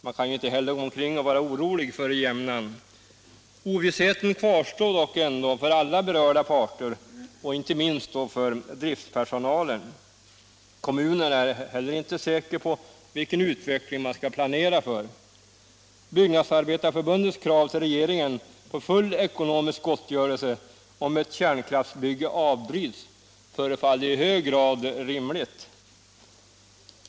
Man kan ju inte heller gå omkring och vara orolig för jämnan. Ovissheten kvarstår dock för alla berörda parter, inte minst då för driftspersonalen. Kommunen är inte heller säker på vilken utveckling man skall planera för. Byggnadsarbetareförbundets krav till regeringen på full ekonomisk gottgörelse om ett kärnkraftsbygge avbryts förefaller i hög grad rimligt.